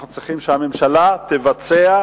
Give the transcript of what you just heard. אנחנו צריכים שהממשלה תבצע,